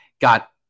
got